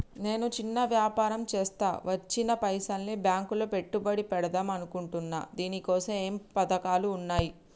నేను చిన్న వ్యాపారం చేస్తా వచ్చిన పైసల్ని బ్యాంకులో పెట్టుబడి పెడదాం అనుకుంటున్నా దీనికోసం ఏమేం పథకాలు ఉన్నాయ్?